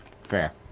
Fair